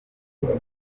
gikoni